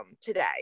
today